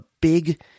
big